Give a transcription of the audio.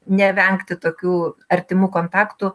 nevengti tokių artimų kontaktų